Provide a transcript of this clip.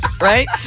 Right